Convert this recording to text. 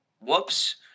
whoops